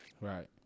Right